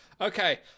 Okay